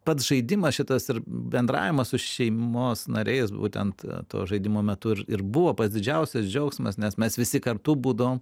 pats žaidimas šitas ir bendravimas su šeimos nariais būtent to žaidimo metu ir buvo pats didžiausias džiaugsmas nes mes visi kartu būdavom